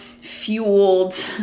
fueled